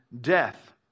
death